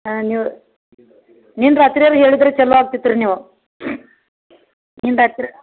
ಹಾಂ ನೀವು ನಿನ್ನೆ ರಾತ್ರಿಯಾರ್ ಹೇಳಿದ್ರೆ ಚಲೋ ಆಗ್ತಿತ್ತು ರೀ ನೀವು ನಿನ್ನೆ ರಾತ್ರಿ